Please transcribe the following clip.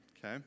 Okay